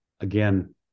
again